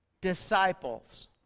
disciples